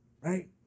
right